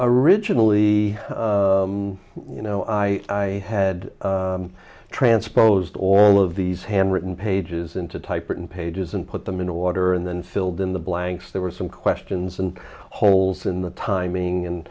originally you know i had transposed all of these handwritten pages into typewritten pages and put them in order and then filled in the blanks there were some questions and holes in the timing